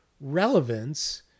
relevance